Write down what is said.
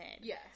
Yes